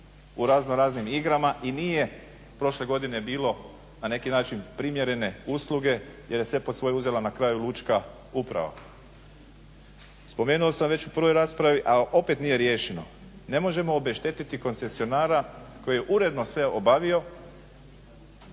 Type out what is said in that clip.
u razno raznim igrama i nije prošle godine bilo na neki način primjerene usluge jer je sve pod svoje uzela na kraju lučka uprava. Spomenuo sam već u prvoj raspravi, ali opet nije riješeno. Ne možemo obeštetiti koncesionara koji uredno sve obavio,